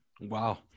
Wow